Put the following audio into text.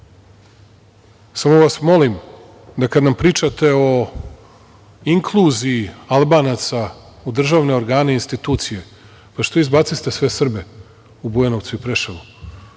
čemu. Samo vas molim, da kada nam pričate o inkluziji Albanaca, u državne organe i institucije, pa što izbaciste sve Srbe u Bujanovcu i Preševu?